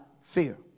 fear